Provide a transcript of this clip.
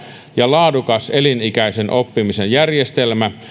ja laadukas elinikäisen oppimisen järjestelmä